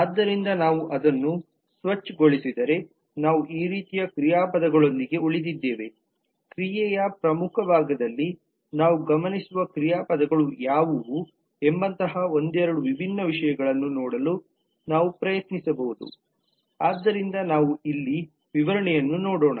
ಆದ್ದರಿಂದ ನಾವು ಅದನ್ನು ಸ್ವಚ್ ಗೊಳಿಸಿದರೆ ನಾವು ಈ ರೀತಿಯ ಕ್ರಿಯಾಪದಗಳೊಂದಿಗೆ ಉಳಿದಿದ್ದೇವೆ ಕ್ರಿಯೆಯ ಪ್ರಮುಖ ಭಾಗದಲ್ಲಿ ನಾವು ಗಮನಿಸುವ ಕ್ರಿಯಾಪದಗಳು ಯಾವುವು ಎಂಬಂತಹ ಒಂದೆರಡು ವಿಭಿನ್ನ ವಿಷಯಗಳನ್ನು ನೋಡಲು ನಾವು ಪ್ರಯತ್ನಿಸಬಹುದು ಆದ್ದರಿಂದ ನಾವು ಇಲ್ಲಿ ವಿವರಣೆಯನ್ನು ನೋಡೋಣ